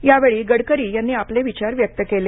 या वेळी गडकरी यांनी आपले विचार व्यक्त केले